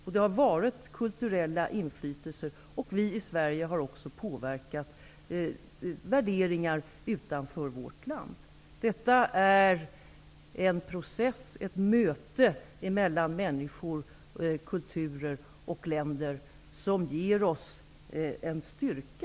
Vi har haft kulturella inflytelser, och vi i Sverige har också påverkat värderingar utanför vårt land. Detta är en process, ett möte mellan människor, kulturer och länder som ger oss styrka.